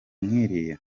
nk’iriya